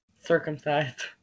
Circumcised